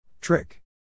Trick